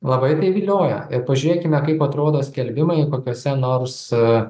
labai privilioja ir pažiūrėkime kaip atrodo skelbimai kokiose nors